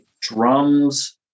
drums